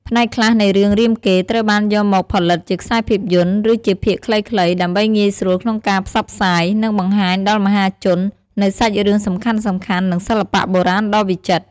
ផ្នែកខ្លះនៃរឿង រាមកេរ្តិ៍ ត្រូវបានយកមកផលិតជាខ្សែភាពយន្ត ឬជាភាគខ្លីៗ ដើម្បីងាយស្រួលក្នុងការផ្សព្វផ្សាយ និងបង្ហាញដល់មហាជននូវសាច់រឿងសំខាន់ៗ និងសិល្បៈបុរាណដ៏វិចិត្រ។